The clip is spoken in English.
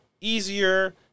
easier